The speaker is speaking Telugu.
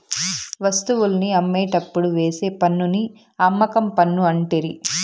వస్తువుల్ని అమ్మేటప్పుడు వేసే పన్నుని అమ్మకం పన్ను అంటిరి